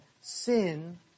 sin